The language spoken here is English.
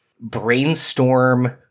brainstorm